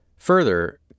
Further